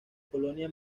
colonia